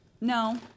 No